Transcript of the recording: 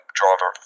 driver